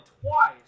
twice